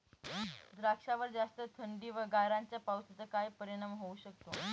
द्राक्षावर जास्त थंडी व गारांच्या पावसाचा काय परिणाम होऊ शकतो?